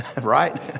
right